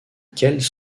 quelles